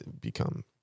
become